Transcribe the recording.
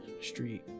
street